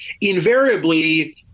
invariably